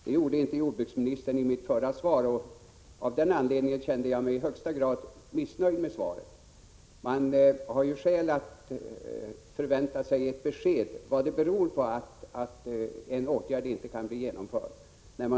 Det gjorde inte jordbruksministern i svaret, och av den anledningen kände jag mig i högsta grad missnöjd med svaret. När man ställer en fråga i riksdagen har man skäl att förvänta sig besked om vad det beror på att en åtgärd inte kan bli genomförd.